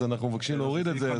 אז אנחנו מבקשים להוריד את זה.